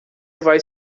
vai